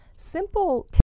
Simple